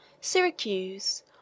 Syracuse